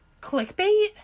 clickbait